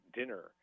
dinner